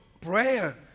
prayer